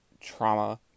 trauma